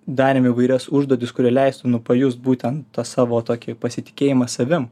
darėm įvairias užduotis kuri leistų nu pajaust būtent tą savo tokį pasitikėjimą savimi